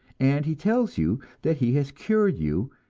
and he tells you that he has cured you,